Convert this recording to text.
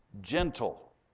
gentle